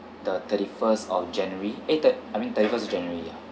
the thirty first of january eh thir~ I mean thirty first january yeah